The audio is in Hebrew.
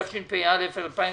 התשפ"א-2021.